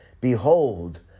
behold